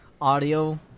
audio